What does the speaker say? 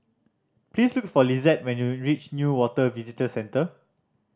please look for Lissette when you reach Newater Visitor Centre